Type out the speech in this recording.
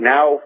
Now